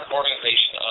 organization